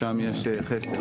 שם יש חסר,